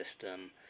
system